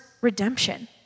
redemption